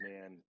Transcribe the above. man